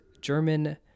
German